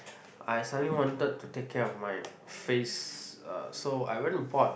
I suddenly wanted to take care of my face uh so I went to bought